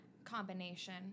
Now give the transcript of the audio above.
Combination